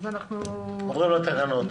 עוברים לתקנות.